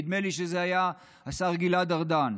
נדמה לי שזה היה השר גלעד ארדן,